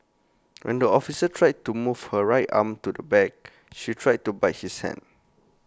when the officer tried to move her right arm to the back she tried to bite his hand